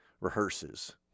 Rehearses